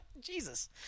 Jesus